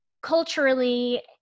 culturally